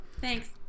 thanks